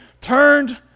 turned